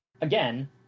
again